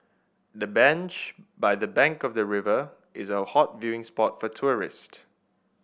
the bench by the bank of the river is a hot viewing spot for tourists